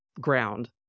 ground